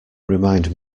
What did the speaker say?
remind